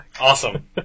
Awesome